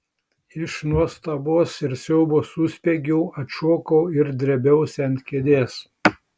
iš nuostabos ir siaubo suspiegiau atšokau ir drėbiausi ant kėdės